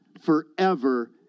forever